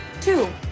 Two